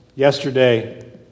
Yesterday